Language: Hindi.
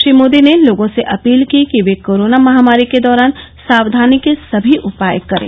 श्री मोदी ने लोगों से अपील की कि वे कोरोना महामारी के दौरान सावधानी के सभी उपाय करें